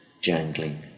jangling